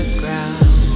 ground